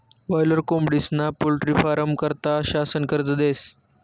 boiler कोंबडीस्ना poultry फारमं करता शासन कर्ज देस